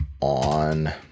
on